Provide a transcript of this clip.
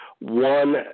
One